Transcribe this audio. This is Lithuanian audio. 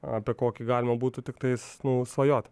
apie kokį galima būtų tiktais nu svajot